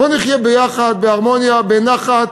בוא נחיה ביחד, בהרמוניה, בנחת.